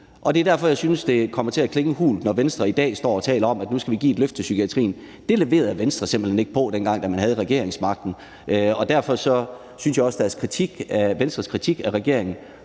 Og det er derfor, jeg synes, det kommer til at klinge hult, når Venstre i dag står og taler om, at nu skal vi give et løft til psykiatrien. Det leverede Venstre simpelt hen ikke på, dengang man havde regeringsmagten, og derfor synes jeg også, at Venstres kritik af regeringen